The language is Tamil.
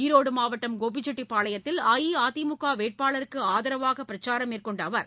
ஈரோடு மாவட்டம் கோபிசெட்டிபாளையத்தில் அஇஅதிமுக வேட்பாளருக்கு ஆதரவாக பிரச்சாரம் மேற்கொண்ட அவர்